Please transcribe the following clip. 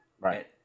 right